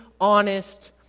honest